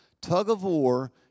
Tug-of-war